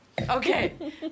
Okay